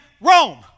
Rome